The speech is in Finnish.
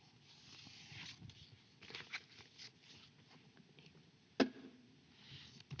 Kiitos.